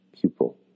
Pupil